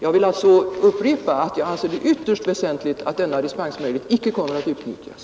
Jag vill alltså upprepa att jag anser det ytterst väsentligt att denna dispensmöjlighet inte kommer att utnyttjas.